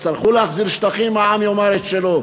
יצטרכו להחזיר שטחים, העם יאמר את שלו.